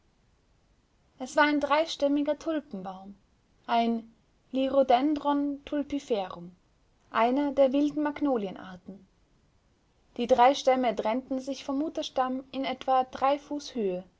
es war ein dreistämmiger tulpenbaum ein liriodendron tulipiferum eine der wilden magnolienarten die drei stämme trennten sich vom mutterstamm in etwa drei fuß höhe